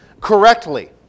Correctly